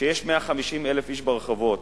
כשיש 150,000 איש ברחובות,